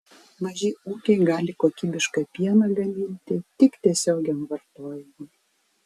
maži ūkiai gali kokybišką pieną gaminti tik tiesiogiam vartojimui